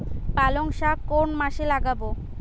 পালংশাক কোন মাসে লাগাব?